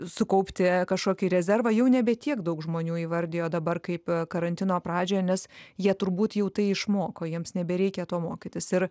sukaupti kažkokį rezervą jau nebe tiek daug žmonių įvardijo dabar kaip karantino pradžioje nes jie turbūt jau tai išmoko jiems nebereikia to mokytis ir